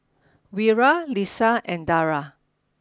Wira Lisa and Dara